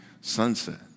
sunset